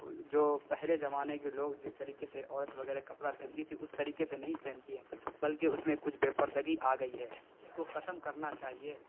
جو پہلے زمانے کے لوگ جس طریقے سے عورت وغیرہ کپڑا پہنتی تھیں اس طریقے سے نہیں پہنتی ہیں بلکہ اس میں کچھ بے پردگی آ گئی ہے جس کو ختم کرنا چاہیے